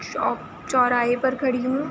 shop چوراہے پر کھڑی ہوں